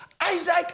Isaac